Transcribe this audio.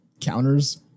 counters